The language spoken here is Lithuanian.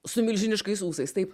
su milžiniškais ūsais taip